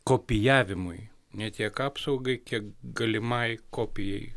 kopijavimui ne tiek apsaugai kiek galimai kopijai